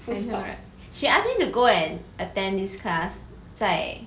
I know right she ask me to go and attend this class 在